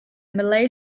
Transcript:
malay